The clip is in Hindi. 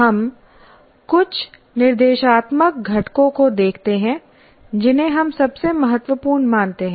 हम कुछ निर्देशात्मक घटकों को देखते हैं जिन्हें हम सबसे महत्वपूर्ण मानते हैं